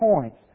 points